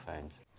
phones